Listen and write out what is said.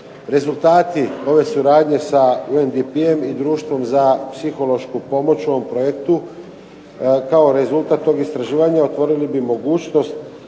Rezultati ove suradnje sa UNDP-em i Društvom za psihološku pomoć u ovom projektu, kao rezultat tog istraživanja otvorili bi mogućnost